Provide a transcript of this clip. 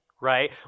Right